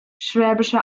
schwäbische